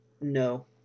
No